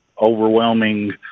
overwhelming